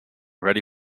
ready